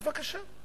בבקשה.